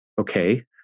okay